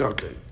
Okay